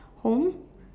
home